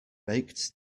baked